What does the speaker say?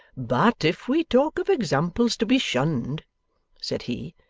but if we talk of examples to be shunned said he,